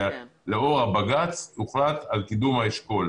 לאור הבג"ץ הוחלט על קידום האשכול.